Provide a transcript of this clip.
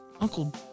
Uncle